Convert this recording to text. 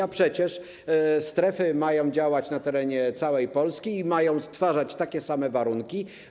A przecież strefy mają działać na terenie całej Polski i mają stwarzać takie same warunki.